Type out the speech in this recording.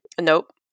Nope